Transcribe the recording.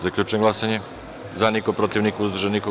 Zaključujem glasanje: za – niko, protiv – niko, uzdržanih – nema.